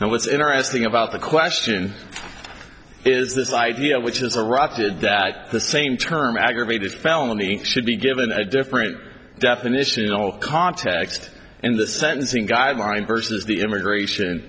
and what's interesting about the question is this idea which is a rocket that the same term aggravated felony should be given a different definition you know context and the sentencing guidelines versus the immigration